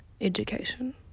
education